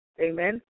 Amen